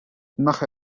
nach